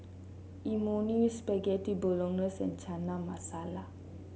Imoni Spaghetti Bolognese and Chana Masala